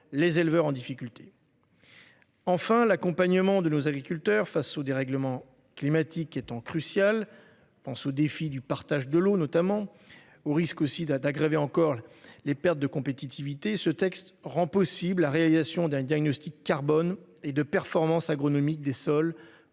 les éleveurs en difficulté. Enfin l'accompagnement de nos agriculteurs face au dérèglement climatique étant crucial pense aux défis du partage de l'eau, notamment au risque aussi d'd'aggraver encore les pertes de compétitivité ce texte rend possible la réalisation d'un diagnostic carbone et de performances agronomiques des sols